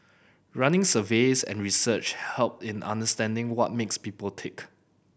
running surveys and research help in understanding what makes people tick